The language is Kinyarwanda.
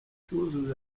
cyuzuzo